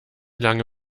lange